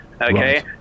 Okay